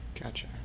Gotcha